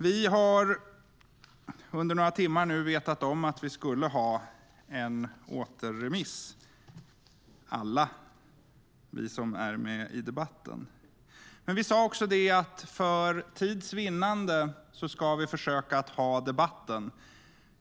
Vi har nu under några timmar vetat om att det ska bli en återremiss - alla vi som är med i debatten. Vi sa också att vi för tids vinnande ska försöka ta debatten.